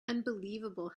unbelievable